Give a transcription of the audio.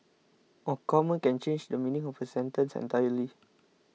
a comma can change the meaning of a sentence entirely